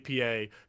APA